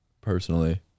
Personally